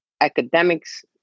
academics